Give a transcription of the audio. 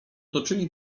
toczyli